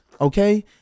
Okay